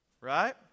Right